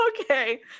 okay